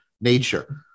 nature